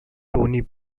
tony